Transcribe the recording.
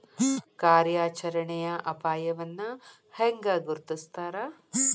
ಕಾರ್ಯಾಚರಣೆಯ ಅಪಾಯವನ್ನ ಹೆಂಗ ಗುರ್ತುಸ್ತಾರ